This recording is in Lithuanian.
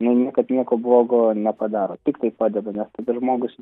ji niekad nieko blogo nepadaro tiktai padeda nes tada žmogus